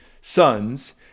sons